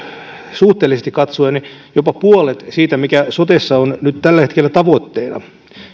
suhteellisesti katsoen jopa puolet siitä mikä sotessa on nyt tällä hetkellä tavoitteena